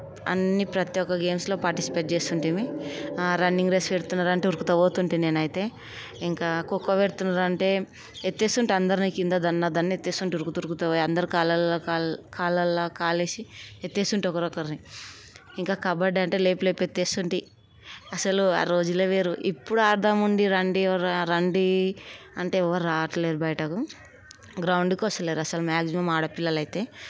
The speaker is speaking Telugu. అన్ని ప్రతి ఒక్క గేమ్స్లో పార్టిసిపేట్ చేస్తుంటుమి రన్నింగ్ రేస్ పెడుతున్నారంటే ఉరుకుతా పోతుండే నేను అయితే ఇంకా ఖోఖో పెడుతున్నారంటే ఎత్తేస్తుంటే అందరినీ కింద ధనాధన్ ఎత్తేస్తుండే ఉరుకుతూ ఉరుకుతు పోయి అందరి కాళ్ళలో కాళ్ళు కాళ్ళలో కాళ్ళు వేసి ఎత్తేస్తుండే ఒకరిని ఒకరిని ఇంకా కబడ్డీ అంటే లేపి లేపి ఎత్తేస్తుంటి అసలు ఆ రోజులే వేరు ఇప్పుడు ఆడదాం రండి రండి అంటే ఎవరు రావట్లేదు బయటకు గ్రౌండ్కి అసలు అసలు మాక్సిమం ఆడపిల్లలు అయితే